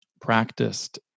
practiced